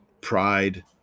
pride